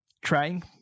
trying